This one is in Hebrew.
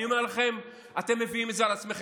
אני אומר לכם, אתם מביאים את זה על עצמכם.